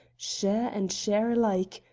share and share alike,